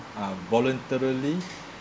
um voluntarily